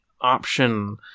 option